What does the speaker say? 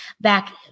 back